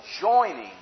joining